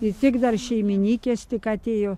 ir tik dar šeimininkės tik atėjo